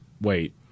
Wait